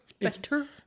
Better